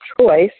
choice